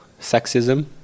sexism